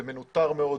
זה מנוטר מאוד,